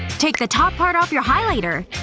take the top part off your highlighter.